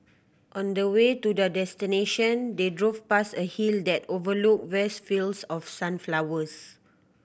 on the way to their destination they drove past a hill that overlooked vast fields of sunflowers